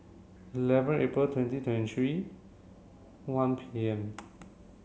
eleven April twenty twenty three one P M